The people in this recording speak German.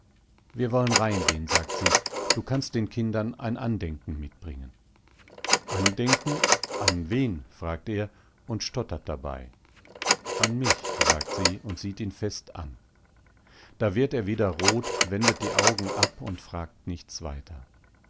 wir wollen reingehen sagt sie du kannst den kindern ein andenken mitbringen andenken an wen fragt er und stottert dabei an mich sagt sie und sieht ihn fest an da wird er wieder rot wendet die augen ab und fragt nichts weiter